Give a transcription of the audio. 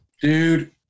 Dude